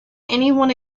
anyone